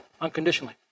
unconditionally